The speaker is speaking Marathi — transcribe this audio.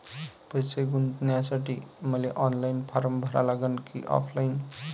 पैसे गुंतन्यासाठी मले ऑनलाईन फारम भरा लागन की ऑफलाईन?